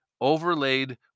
overlaid